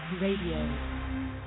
Radio